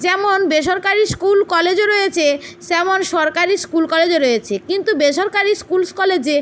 যেমন বেসরকারি স্কুল কলেজও রয়েছে তেমন সরকারি স্কুল কলেজও রয়েছে কিন্তু বেসরকারি স্কুল কলেজে